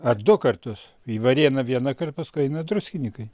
ar du kartus į varėną vienąkart paskui eina druskininkai